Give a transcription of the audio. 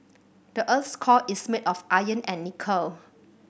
the earth's core is made of iron and nickel